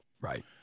Right